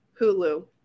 Hulu